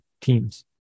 teams